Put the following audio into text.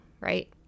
right